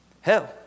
hell